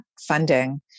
funding